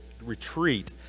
retreat